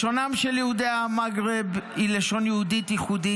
לשונם של יהודי המגרב היא לשון יהודית ייחודית